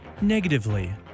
Negatively